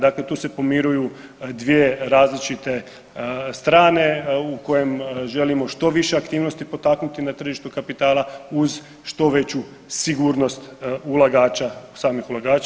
Dakle, tu se pomiruju dvije različite strane u kojim želimo što više aktivnosti potaknuti na tržištu kapitala uz što veću sigurnost ulagača, samih ulagača.